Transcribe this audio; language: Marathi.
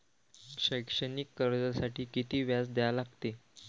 शैक्षणिक कर्जासाठी किती व्याज द्या लागते?